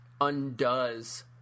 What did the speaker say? undoes